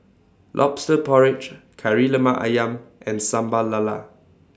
Lobster Porridge Kari Lemak Ayam and Sambal Lala